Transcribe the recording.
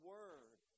Word